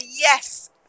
yes